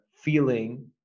feeling